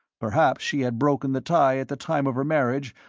perhaps she had broken the tie at the time of her marriage,